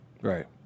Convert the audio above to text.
right